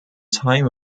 time